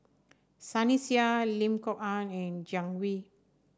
Sunny Sia Lim Kok Ann and Jiang Hu